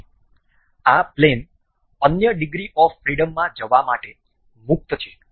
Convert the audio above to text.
તેથી આ પ્લેન અન્ય ડિગ્રી ઓફ ફ્રિડમમાં જવા માટે મુક્ત છે